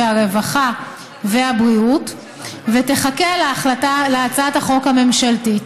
הרווחה והבריאות ותחכה להחלטה להצעת החוק הממשלתית.